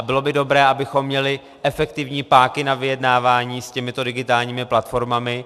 Bylo by dobré, abychom měli efektivní páky na vyjednávání s těmito digitálními platformami.